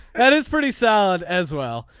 that is pretty sad as well.